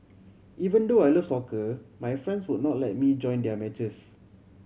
even though I love soccer my friends would not let me join their matches